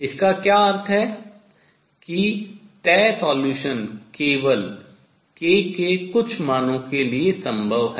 इसका क्या अर्थ है कि तय solution हल केवल k के कुछ मानों के लिए संभव है